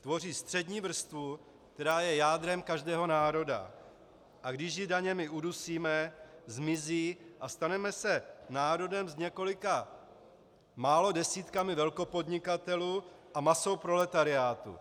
Tvoří střední vrstvu, která je jádrem každého národa, a když ji daněmi udusíme, zmizí a staneme se národem s několika málo desítkami velkopodnikatelů a masou proletariátu.